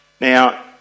Now